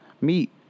meet